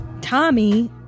Tommy